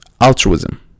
altruism